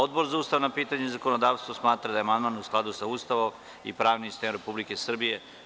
Obor za ustavna pitanja i zakonodavstvo smatra da je amandman u skladu sa Ustavom i pravnim sistemom Republike Srbije.